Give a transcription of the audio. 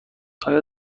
آیا